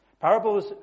Parables